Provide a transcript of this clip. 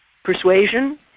persuasion,